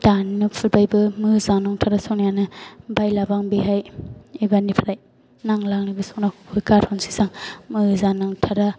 दानो फुरबायबो मोजाङानो नंथारा सनायानो बायलाबो आं बैहाय एबारनिफ्राय नांला आंनो बे सनाखौबो गारहरनोसैसो आं मोजां नंथारा